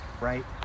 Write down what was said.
right